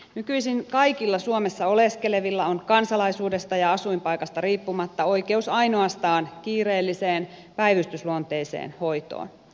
nykyisin kaikilla suomessa oleskelevilla on kansalaisuudesta ja asuinpaikasta riippumatta oikeus ainoastaan kiireelliseen päivystysluonteiseen hoitoon